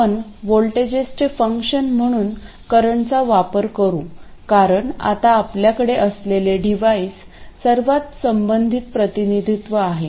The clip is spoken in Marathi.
आपण व्होल्टेजेसचे फंक्शन म्हणून करंटचा वापर करू कारण आता आपल्याकडे असलेले डिव्हाइस सर्वात संबंधित प्रतिनिधित्व आहे